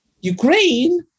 Ukraine